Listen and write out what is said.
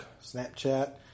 Snapchat